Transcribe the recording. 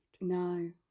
No